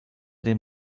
dem